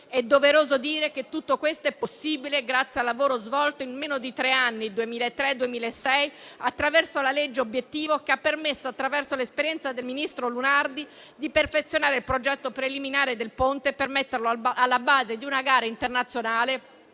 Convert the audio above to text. è doveroso dire che tutto questo è possibile grazie al lavoro svolto, in meno di tre anni, dal 2003 al 2006, attraverso la legge obiettivo. Tutto questo ha permesso, grazie all'esperienza del ministro Lunardi, di perfezionare il progetto preliminare del Ponte, per metterlo alla base di una gara internazionale